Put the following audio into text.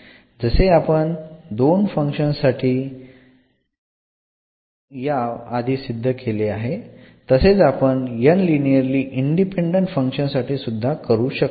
जसे आपण 2 फंक्शन्स साठी या आधी सिद्ध केले तसेच आपण n लिनिअरली इंडिपेंडंट फंक्शन्स साठी सुद्धा करू शकतो